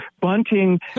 bunting